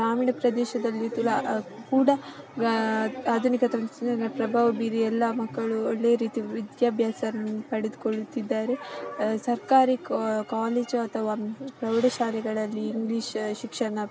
ಗ್ರಾಮೀಣ ಪ್ರದೇಶದಲ್ಲಿ ತುಲಾ ಕೂಡ ಆಧುನಿಕ ತಂತ್ರಜ್ಞಾನದ ಪ್ರಭಾವ ಬೀರಿ ಎಲ್ಲ ಮಕ್ಕಳು ಒಳ್ಳೆ ರೀತಿ ವಿದ್ಯಾಭ್ಯಾಸವನ್ನ ಪಡೆದುಕೊಳ್ಳುತ್ತಿದ್ದಾರೆ ಸರ್ಕಾರಿ ಕಾಲೇಜು ಅಥವಾ ಪ್ರೌಢ ಶಾಲೆಗಳಲ್ಲಿಇಂಗ್ಲಿಷ್ ಶಿಕ್ಷಣ